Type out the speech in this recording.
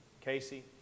Casey